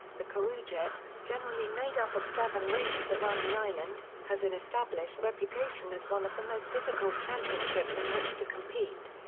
the karujet, generally made up of seven races around around the island, has an established reputation as one of the most difficult championships in which to compete.